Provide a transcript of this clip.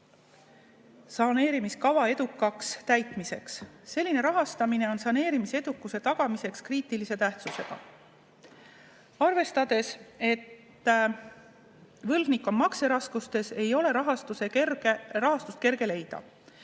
saneerimiskava edukaks täitmiseks. Selline rahastamine on saneerimise edukuse tagamiseks kriitilise tähtsusega. Arvestades, et võlgnik on makseraskustes, ei ole rahastust kerge leida.